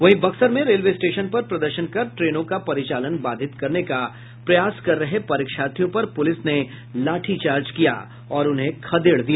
वहीं बक्सर में railway station पर प्रदर्शन कर ट्रेनों का परिचालन बाधित करने का प्रयास कर रहे परीक्षार्थियों पर पुलिस ने लाठीचार्ज किया और उन्हें खदेड़ दिया